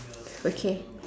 is okay